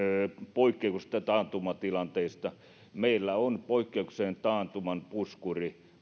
poikkeuksellisista taantumatilanteista meillä on ohjelmassa olemassa poikkeuksellisen taantuman puskuri